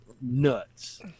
nuts